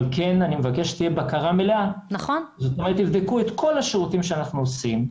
אבל אני כן אבקש שתהיה בקרה מלאה - תבדקו את כל השירותים שאנחנו עושים,